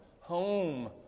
Home